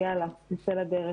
אז יאללה, נצא לדרך.